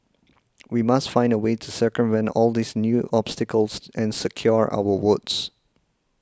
we must find a way to circumvent all these new obstacles and secure our votes